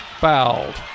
fouled